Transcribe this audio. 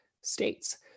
states